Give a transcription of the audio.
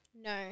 no